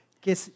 que